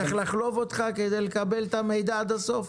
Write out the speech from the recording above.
אני צריך לחלוב אותך כדי לקבל את המידע עד הסוף?